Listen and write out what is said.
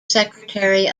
secretary